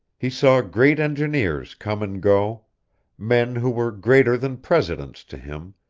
he saw great engineers come and go men who were greater than presidents to him,